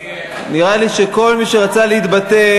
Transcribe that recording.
נראה לי שכל מי שרצה להתבטא,